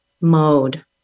mode